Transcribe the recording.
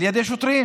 על ידי שוטרים?